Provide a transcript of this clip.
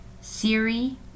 Siri